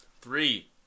Three